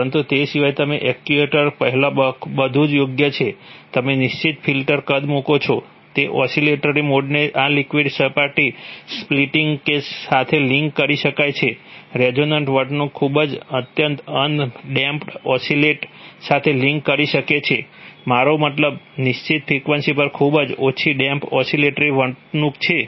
પરંતુ તે સિવાય તમે એક્ચ્યુએટર પહેલાં બધુ જ યોગ્ય છે તમે નિશ્ચિત ફિલ્ટર કદ મૂકો છો કે તે ઓસીલેટરી મોડ્સને આ લિક્વિડ સપાટી સ્પિલિંગ એ સાથે લિંક કરી શકાય છે રેઝોનન્ટ વર્તણૂક ખૂબ જ અત્યંત અન ડેમ્પ્ડ ઓસીલેટ સાથે લિંક કરી શકે છે મારો મતલબ નિશ્ચિત ફ્રીક્વન્સી પર ખૂબ જ ઓછી ડેમ્પ્ડ ઓસીલેટરી વર્તણૂક છે